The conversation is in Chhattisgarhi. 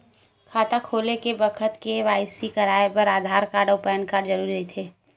खाता खोले के बखत के.वाइ.सी कराये बर आधार कार्ड अउ पैन कार्ड जरुरी रहिथे